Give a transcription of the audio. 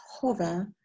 hover